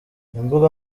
imbuga